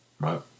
Right